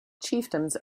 chieftains